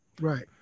Right